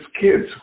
kids